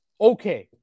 Okay